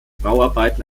bauarbeiten